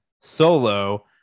solo